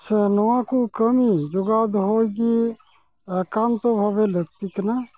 ᱥᱮ ᱱᱚᱣᱟ ᱠᱚ ᱠᱟᱹᱢᱤ ᱡᱚᱜᱟᱣ ᱫᱚᱦᱚᱭ ᱜᱮ ᱮᱠᱟᱱᱛᱚ ᱵᱷᱟᱵᱮ ᱞᱟᱹᱠᱛᱤ ᱠᱟᱱᱟ